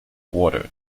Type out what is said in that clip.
water